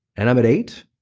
and i'm at eight,